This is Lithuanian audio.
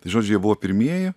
tai žodžiu jie buvo pirmieji